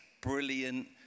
brilliant